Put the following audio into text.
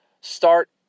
start